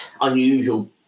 unusual